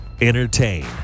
Entertain